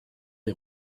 est